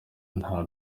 nta